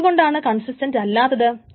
എന്തുകൊണ്ടാണ് കൺസിസ്റ്റൻറ്റ് അല്ലാത്തത്